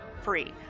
Free